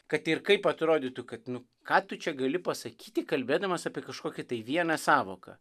kad ir kaip atrodytų kad nu ką tu čia gali pasakyti kalbėdamas apie kažkokią tai vieną sąvoką